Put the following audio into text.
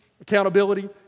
accountability